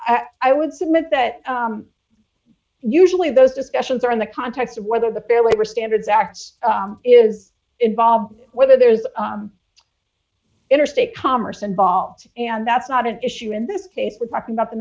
i would submit that usually those discussions are in the context of whether the fair labor standards act is involved whether there is interstate commerce involved and that's not an issue in this case we're talking about the